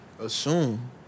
assume